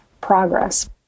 progress